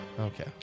Okay